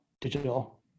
digital